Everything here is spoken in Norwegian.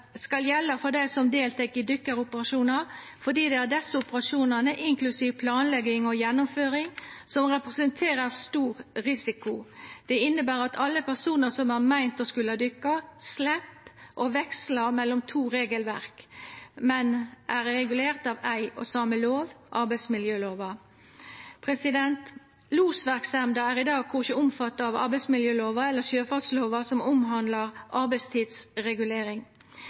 skal gjelda for dei som deltek i dykkeoperasjonar, fordi det er desse operasjonane, inklusiv planlegging og gjennomføring, som representerer stor risiko. Det inneber at alle personar som er meint å skulla dykka, slepp å veksla mellom to regelverk, men er regulerte av ei og same lov, arbeidsmiljølova. Losverksemda er i dag korkje omfatta av arbeidsmiljølova eller sjøfartslova som omhandlar arbeidstidsregulering.